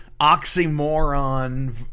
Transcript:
oxymoron